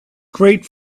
great